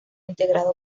integrado